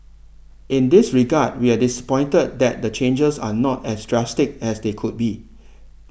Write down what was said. in this regard we are disappointed that the changes are not as drastic as they could be